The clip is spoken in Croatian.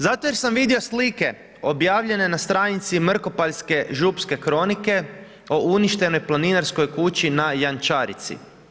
Zato jer sam vidio slike objavljene na stranici Mrkopaljske župske kronike o uništenoj planinarskoj kući na Jančarici.